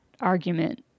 argument